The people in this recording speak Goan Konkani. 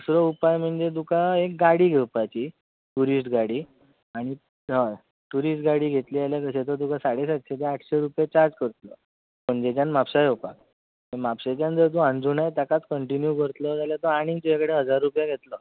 दुसरो उपाय म्हणजे तुका एक गाडी घेवपाची टुरिस्ट गाडी आनी हय टुरिस्ट गाडी घेतली जाल्यार थंयसर तुका साडे सात्शी ते आठशीं रूपया चार्ज करतलो पणजेच्यान म्हापश्यां येवपाक आनी म्हापशेच्यान जर तूं अणजुणा ताकात कंटिन्यू करतलो जाल्यार तो आनीक हजार रूपया तुज्या कडल्यान घेतलो